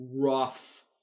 rough